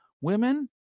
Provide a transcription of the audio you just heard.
Women